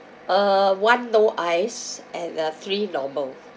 uh one no ice and uh three normal